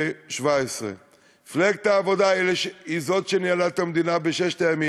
2017. מפלגת העבודה היא שניהלה את המדינה בששת הימים,